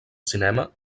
cinema